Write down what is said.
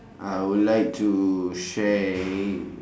I would like to share